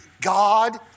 God